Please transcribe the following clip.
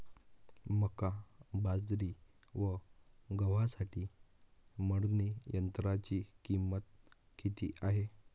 मका, बाजरी व गव्हासाठी मळणी यंत्राची किंमत किती आहे?